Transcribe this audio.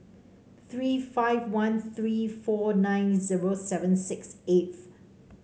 three five one three four nine zero seven six eight